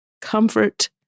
comfort